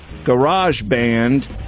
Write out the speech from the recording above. GarageBand